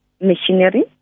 machinery